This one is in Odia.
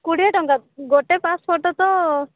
କୋଡ଼ିଏ ଟଙ୍କା ଗୋଟେ ପାସ୍ ଫଟୋ ତ